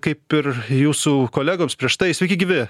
kaip ir jūsų kolegoms prieš tai sveiki gyvi